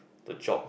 the job